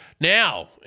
Now